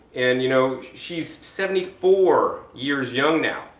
and you know, she's seventy four years young now.